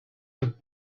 have